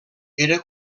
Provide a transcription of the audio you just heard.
era